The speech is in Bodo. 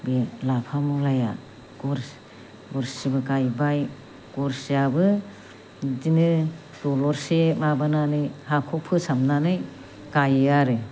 बे लाफा मुलाया गरसिबो गायबाय गरसिआबो बिदिनो दलरसे माबानानै हाखौ फोसाबनानै गायो आरो